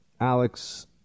Alex